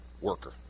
worker